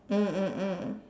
mm mm mm